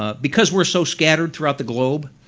ah because we're so scattered throughout the globe,